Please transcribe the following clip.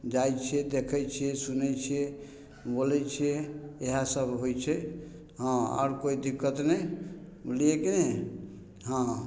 जाइ छियै देखय छियै सुनय छियै बोलय छियै इएह सब होइ छै हँ आओर कोइ दिक्कत नहि बुझलियै की नहि हँ